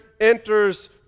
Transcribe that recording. enters